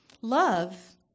Love